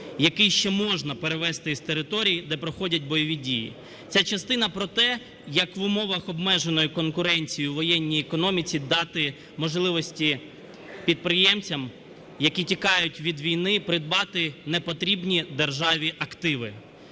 який ще можна перевезти із територій, де проходять бойові дії. Ця частина про те, як в умовах обмеженої конкуренції у воєнній економіці дати можливості підприємцям, які тікають від війни, придбати непотрібні державі активи.